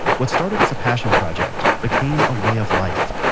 what started as a passion project, became a way of life.